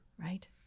right